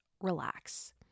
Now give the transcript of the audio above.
relax